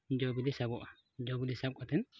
ᱡᱚᱼᱵᱤᱞᱤ ᱥᱟᱵᱚᱜᱼᱟ ᱡᱚᱼᱵᱤᱞᱤ ᱥᱟᱵ ᱠᱟᱛᱮᱫ